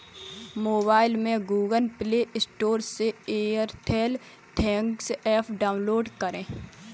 mobile में Google Play Store से Airtel thanks app download करें